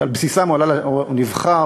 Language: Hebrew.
שעל בסיסם הוא נבחר,